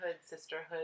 sisterhood